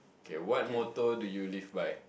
okay what motto do you live by